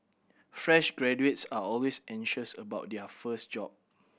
fresh graduates are always anxious about their first job